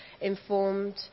informed